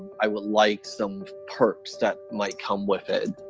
i would like some perks that might come with it